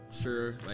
sure